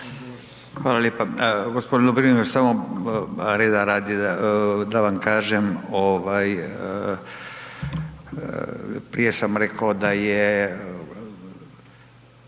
Hvala lijepa. Gospodin Lovrinović samo reda radi da vam kažem, prije sam rekao da si